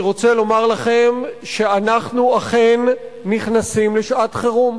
אני רוצה לומר לכם שאנחנו אכן נכנסים לשעת חירום,